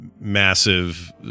massive